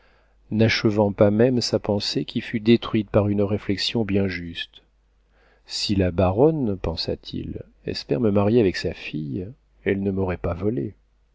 n'achevant pas même sa pensée qui fut détruite par une réflexion bien juste si la baronne pensa-t-il espère me marier avec sa fille elles ne m'auraient pas volé